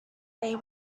they